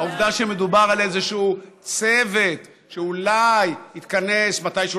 העובדה שמדובר על איזשהו צוות שאולי יתכנס מתישהו,